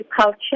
culture